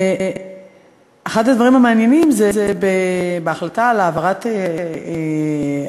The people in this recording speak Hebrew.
אחד הדברים המעניינים הוא שבהחלטה על העברה ממשרד